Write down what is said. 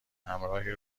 همراهی